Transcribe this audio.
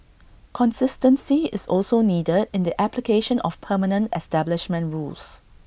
consistency is also needed in the application of permanent establishment rules